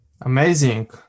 Amazing